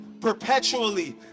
perpetually